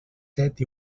set